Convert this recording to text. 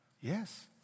Yes